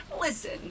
Listen